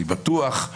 אני בטוח.